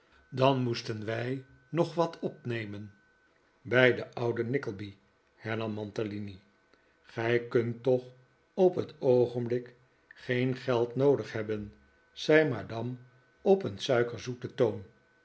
dan moesten wij nog wat opnemen bij den ouden nickleby hernam mantalini gij kunt toch op het oogenblik geen geld noodig hebben zei madame op een suikerzoeten toon